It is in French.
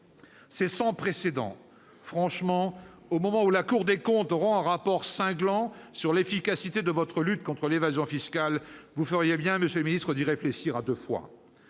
C'est sans précédent ! Franchement, au moment où la Cour des comptes rend un rapport cinglant sur l'efficacité de votre lutte contre l'évasion fiscale, vous feriez bien d'y réfléchir à deux fois